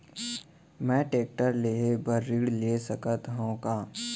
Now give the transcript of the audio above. मैं टेकटर लेहे बर ऋण ले सकत हो का?